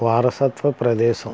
వారసత్వ ప్రదేశం